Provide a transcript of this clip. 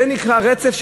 זה נקרא רצף,